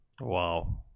wow